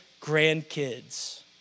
grandkids